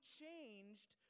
changed